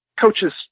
coaches